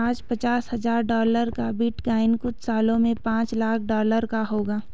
आज पचास हजार डॉलर का बिटकॉइन कुछ सालों में पांच लाख डॉलर का होगा